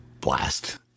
blast